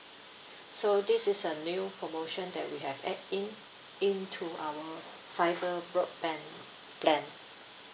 so this is a new promotion that we have add in into our fibre broadband plan